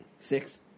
Six